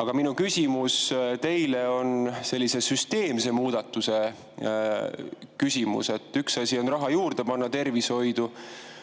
Aga minu küsimus teile on sellise süsteemse muudatuse küsimus. Üks asi on raha tervishoidu